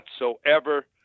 whatsoever